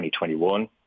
2021